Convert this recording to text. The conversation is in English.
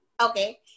Okay